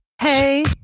hey